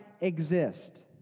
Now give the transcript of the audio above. exist